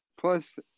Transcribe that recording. Plus